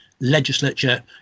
legislature